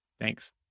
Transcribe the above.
Thanks